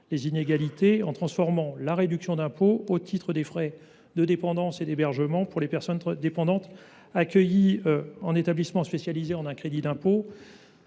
que nous transformions la réduction d’impôt au titre des frais de dépendance et d’hébergement pour les personnes dépendantes accueillies en établissements spécialisés en un crédit d’impôt.